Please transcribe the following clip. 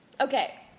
Okay